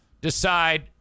decide